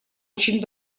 очень